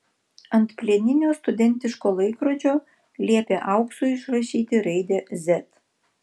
ant plieninio studentiško laikrodžio liepė auksu išrašyti raidę z